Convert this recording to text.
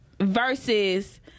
versus